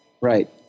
Right